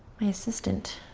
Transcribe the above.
my assistant.